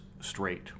straight